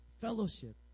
Fellowship